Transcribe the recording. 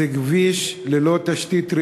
זה כביש ללא תשתית ראויה,